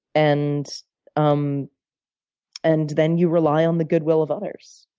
and um and then you rely on the good will of others.